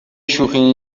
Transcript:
شوخی